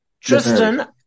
Tristan